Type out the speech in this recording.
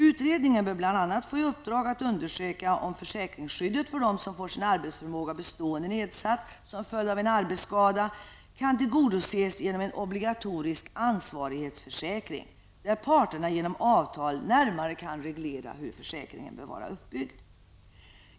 Utredningen bör bl.a. få i uppdrag att undersöka om försäkringsskyddet för dem som får en bestående nedsättning av sin arbetsförmåga som följd av en arbetsskada kan tillgodoses genom en obligatorisk ansvarighetsförsäkring, där parterna genom avtal närmare kan reglera hur försäkringen skall vara uppbyggd.